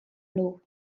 nhw